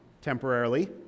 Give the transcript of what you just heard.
temporarily